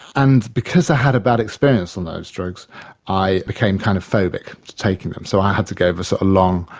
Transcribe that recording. and because i had a bad experience on those drugs i became kind of phobic to taking them. so i had to go the so long,